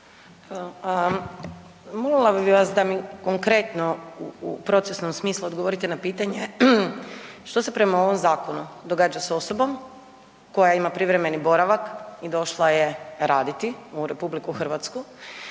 molila bih vas da mi konkretno u procesnom smislu odgovorite na pitanje što se prema ovom zakonu događa s osobom koja ima privremeni boravak i došla je raditi u RH